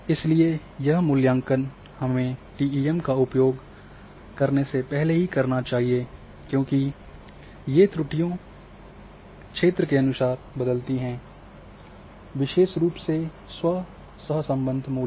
इसलिए यह मूल्यांकन हमें इन डीईएम का उपयोग करने से पहले ही करना चाहिए क्योंकि ये त्रुटियों क्षेत्रों के अनुसार बदलती हैं विशेष रूप से स्व सहसंबंध मूल्य